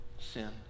sin